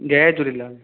Jay Jhulelal